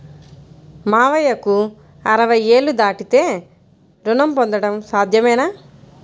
మామయ్యకు అరవై ఏళ్లు దాటితే రుణం పొందడం సాధ్యమేనా?